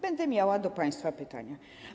Będę miała do państwa pytania.